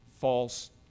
false